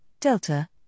Delta